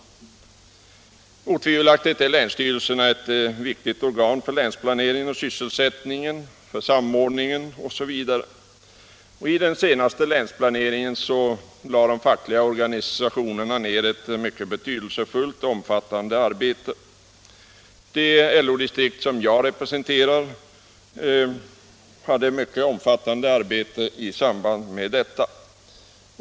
Otvivelaktigt är länsstyrelsen ett viktigt organ för länets planering, för sysselsättning, för samordning osv., och i den senaste länsplaneringen lade de fackliga organisationerna ned ett mycket betydelsefullt och omfattande arbete. Det LO-distrikt som jag representerar utförde ett mycket omfattande arbete i samband därmed.